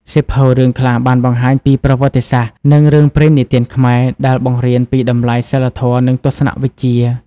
សៀវភៅរឿងខ្លះបានបង្ហាញពីប្រវត្តិសាស្ត្រ និងរឿងព្រេងនិទានខ្មែរ ដែលបង្រៀនពីតម្លៃសីលធម៌ និងទស្សនៈវិជ្ជា។